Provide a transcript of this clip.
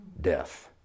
death